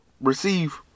receive